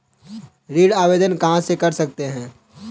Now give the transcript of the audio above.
ऋण आवेदन कहां से कर सकते हैं?